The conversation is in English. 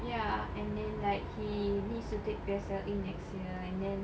ya and then like he needs to take P_S_L_E next year and then